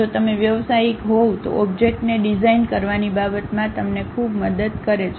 જો તમે વ્યાવસાયિક હોવ તો ઓબ્જેક્ટને ડિઝાઇન કરવાની બાબતમાં તમને ખૂબ જ મદદ કરે છે